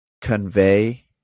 convey